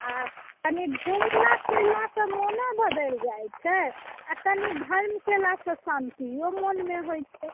आ कनि घूमला फिरलासँ मनो बदलि जाइत छै आ कनि धर्म कयलासँ शांतियो मनमे होइत छै